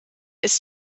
ist